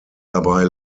dabei